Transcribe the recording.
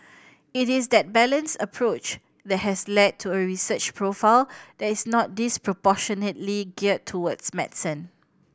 it is that balanced approach that has led to a research profile that is not disproportionately geared towards medicine